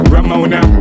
Ramona